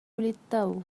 للتو